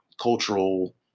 cultural